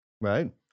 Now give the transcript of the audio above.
right